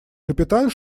капитан